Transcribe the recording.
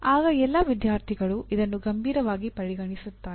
ಆಗ ಎಲ್ಲಾ ವಿದ್ಯಾರ್ಥಿಗಳು ಇದನ್ನು ಗಂಭೀರವಾಗಿ ಪರಿಗಣಿಸುತ್ತಾರೆ